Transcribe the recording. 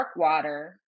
Darkwater